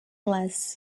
glass